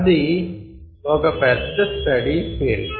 అది ఒక పెద్ద స్టడీ ఫీల్డ్